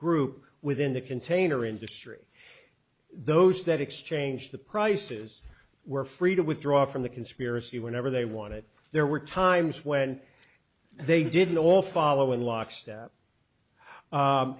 group within the container industry those that exchange the prices were free to withdraw from the conspiracy whenever they want it there were times when they didn't all follow in lockstep